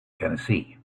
tennessee